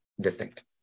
distinct